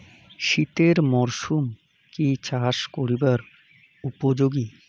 শীতের মরসুম কি চাষ করিবার উপযোগী?